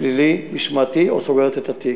פלילי, משמעתי, או סגירת התיק.